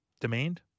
Demand